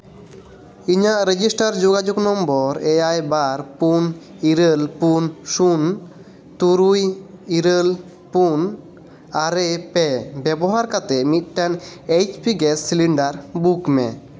ᱤᱧᱟᱹᱜ ᱨᱮᱡᱤᱥᱴᱟᱨ ᱡᱳᱜᱟᱡᱳᱜᱽ ᱱᱚᱢᱵᱚᱨ ᱮᱭᱟᱭ ᱵᱟᱨ ᱯᱩᱱ ᱤᱨᱟᱹᱞ ᱯᱩᱱ ᱥᱩᱱ ᱛᱩᱨᱩᱭ ᱤᱨᱟᱹᱞ ᱯᱩᱱ ᱟᱨᱮ ᱯᱮ ᱵᱮᱵᱚᱦᱟᱨ ᱠᱟᱛᱮᱜ ᱢᱤᱫᱴᱟᱝ H P gas cylinder book ᱢᱮ